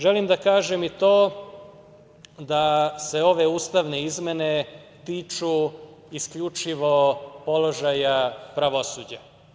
Želim da kažem i to da se ove ustavne izmene tiču isključivo položaja pravosuđa.